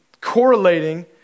correlating